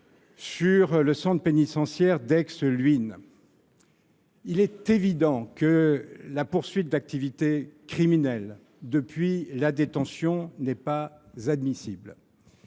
sur le centre pénitentiaire d’Aix Luynes. Il est évident que la poursuite d’activités criminelles depuis un centre de détention n’est pas admissible.